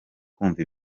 kumva